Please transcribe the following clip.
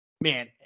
man